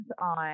on